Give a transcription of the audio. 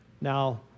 Now